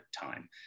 time